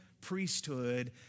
priesthood